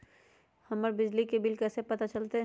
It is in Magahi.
हमर बिजली के बिल कैसे पता चलतै?